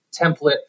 template